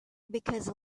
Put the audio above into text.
because